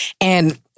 and-